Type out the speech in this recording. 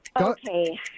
Okay